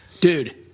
dude